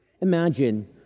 Imagine